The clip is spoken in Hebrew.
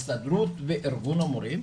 הסתדרות וארגון המורים,